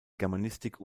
germanistik